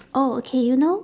oh okay you know